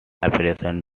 operation